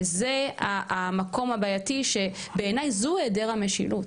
וזה המקום הבעייתי שבעיני זו העדר המשילות.